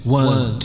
one